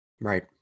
right